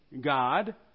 God